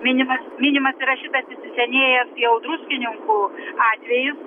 minimas minimas yra šitas įsisenėję jau druskininkų atvejis